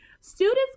Students